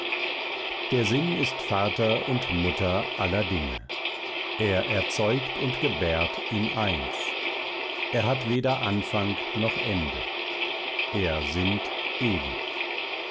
der sinn ist vater und mutter aller dinge er erzeugt und gebärt in eins er hat weder anfang noch ende er sinnt ewig